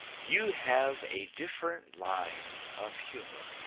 you have a different line of humor,